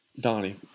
Donnie